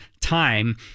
time